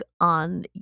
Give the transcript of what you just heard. on